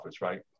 right